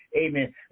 Amen